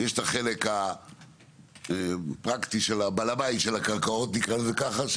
יש את החלק הפרקטי של בעל הבית של הקרקעות נקרא לזה ככה,